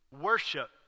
worship